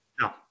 No